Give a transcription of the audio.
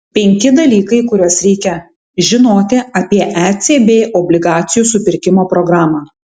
penki dalykai kuriuos reikia žinoti apie ecb obligacijų supirkimo programą